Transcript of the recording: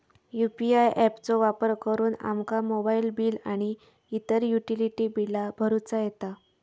UPI app चो वापर करुन आमका मोबाईल बिल आणि इतर युटिलिटी बिला भरुचा येता